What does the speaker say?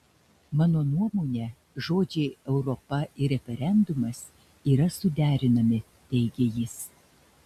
mano nuomone žodžiai europa ir referendumas yra suderinami teigė jis